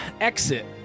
Exit